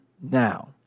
now